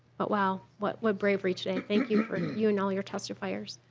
but well what what bravery and thank you for you and all your testifiers.